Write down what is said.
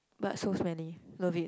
but so smelly love it